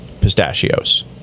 pistachios